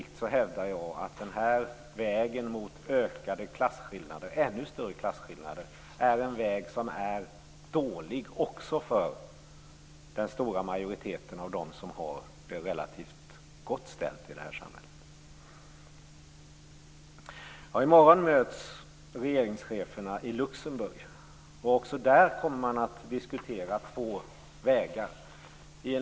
Men på lång sikt är den här vägen, hävdar jag, mot ännu större klasskillnader en dålig väg också för den stora majoritet av dem som har det relativt gott ställt i vårt samhälle. I morgon möts regeringscheferna i Luxemburg. Också där kommer man att diskutera två vägar.